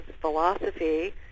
philosophy